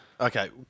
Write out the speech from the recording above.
Okay